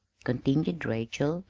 continued rachel,